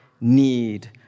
need